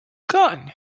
gun